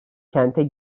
kente